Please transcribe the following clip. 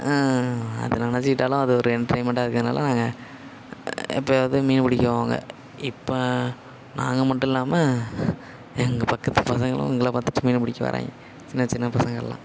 அதை நினச்சிக்கிட்டாலும் அது ஒரு என்டர்டைமண்ட்டாக இருக்கிறதுனால நாங்கள் எப்போயாவது மீன் பிடிக்க போவாங்க இப்போ நாங்கள் மட்டும் இல்லாமல் எங்கள் பக்கத்து பசங்களும் எங்கள பார்த்துட்டு மீன் பிடிக்க வராங்க சின்னச்சின்ன பசங்களாம்